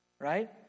right